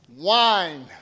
Wine